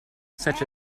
such